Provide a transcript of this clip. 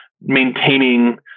maintaining